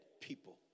people